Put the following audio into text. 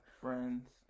Friends